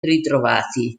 ritrovati